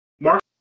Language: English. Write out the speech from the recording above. Mark